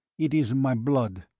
it is in my blood.